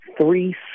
Three